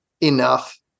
enough